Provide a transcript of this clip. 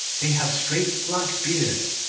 they have straight black beards,